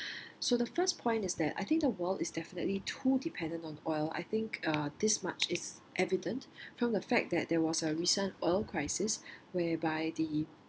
so the first point is that I think the world is definitely too dependent on oil I think uh this much is evident from the fact that there was a recent oil crisis whereby the